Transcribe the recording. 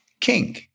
king